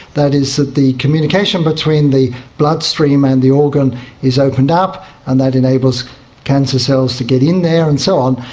that is that the communication between the bloodstream and the organ is opened up and that enables cancer cells to get in there and so on.